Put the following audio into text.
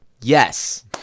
Yes